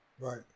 Right